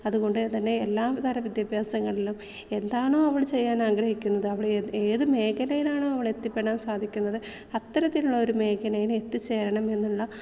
അതുകൊണ്ടു തന്നെ എല്ലാ തര വിദ്യാഭ്യാസങ്ങളിലും എന്താണോ അവൾ ചെയ്യാനാഗ്രഹിക്കുന്നത് അവളേത് ഏത് മേഘലയിലാണോ അവളെത്തിപ്പെടാൻ സാധിക്കുന്നത് അത്തരത്തിലുള്ളൊരു മേഘലയിൽ എത്തിച്ചേരണം എന്നുള്ള ഒരു